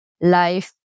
life